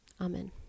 Amen